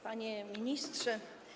Panie Ministrze!